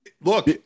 look